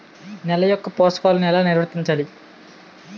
నెల యెక్క పోషకాలను ఎలా నిల్వర్తించాలి